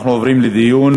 אנחנו עוברים לדיון.